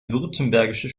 württembergische